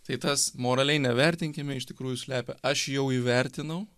tai tas moraliai nevertinkime iš tikrųjų slepia aš jau įvertinau